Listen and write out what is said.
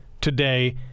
today